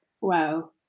Wow